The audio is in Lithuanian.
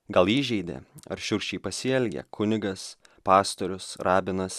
gal įžeidė ar šiurkščiai pasielgė kunigas pastorius rabinas